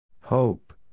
Hope